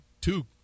two